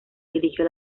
dirigió